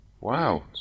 Wow